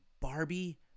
barbie